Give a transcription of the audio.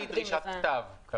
הדרישה היא דרישת כתב.